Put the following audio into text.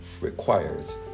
requires